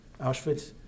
Auschwitz